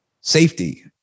safety